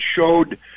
showed